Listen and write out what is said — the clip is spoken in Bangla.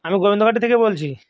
আমি গোবিন্দবাটি থেকে বলছি